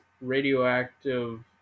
radioactive